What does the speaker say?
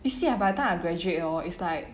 you see ah by the time I graduate hor it's like